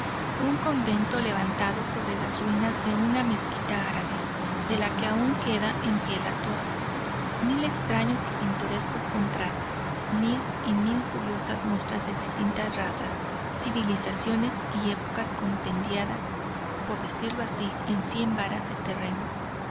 un convento levantado sobre las ruinas de una mezquita árabe de la que aún queda en pie la torre mil extraños y pintorescos contrastes mil y mil curiosas muestras de distintas razas civilizaciones y épocas compendiadas por decirlo así en cien varas de terreno